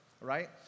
right